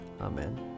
Amen